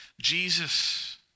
Jesus